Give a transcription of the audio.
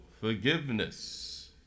Forgiveness